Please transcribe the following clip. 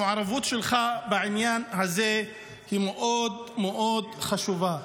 המעורבות שלך בעניין הזה היא מאוד מאוד חשובה.